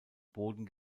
boden